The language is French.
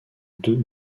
deux